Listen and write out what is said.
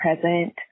present